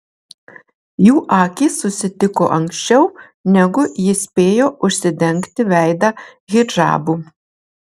jų akys susitiko anksčiau negu ji spėjo užsidengti veidą hidžabu